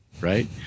right